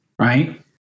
right